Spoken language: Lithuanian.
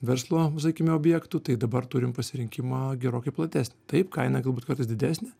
verslo sakykime objektų tai dabar turim pasirinkimą gerokai platesnį taip kaina galbūt kartais didesnė